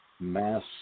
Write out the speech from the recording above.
Mass